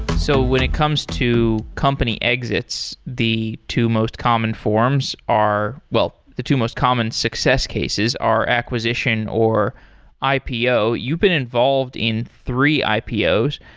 so when it comes to company exits, the two most common forms are well, the two most common success cases are acquisition or ipo. you've been involved in three ipos.